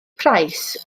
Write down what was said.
price